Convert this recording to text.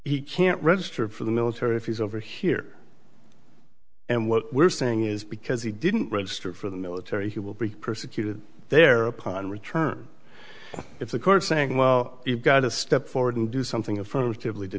he can't register for the military if he's over here and what we're saying is because he didn't register for the military he will be persecuted there upon return it's the court saying well you've got to step forward and do something affirmative